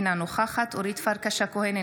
אינה נוכחת אורית פרקש הכהן,